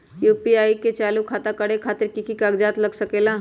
UPI के चालु करे खातीर कि की कागज़ात लग सकेला?